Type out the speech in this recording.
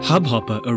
Hubhopper